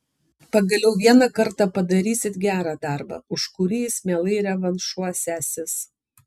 pagaliau vieną kartą padarysit gerą darbą už kurį jis mielai revanšuosiąsis